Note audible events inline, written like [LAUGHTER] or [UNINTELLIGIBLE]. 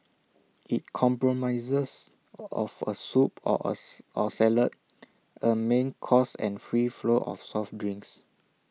IT comprises of A soup or [UNINTELLIGIBLE] or salad A main course and free flow of soft drinks